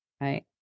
Right